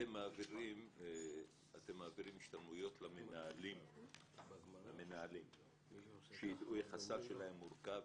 אתם מעבירים השתלמויות למנהלים שידעו איך הסל שלהם מורכב,